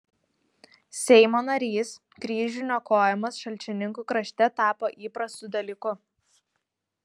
seimo narys kryžių niokojimas šalčininkų krašte tapo įprastu dalyku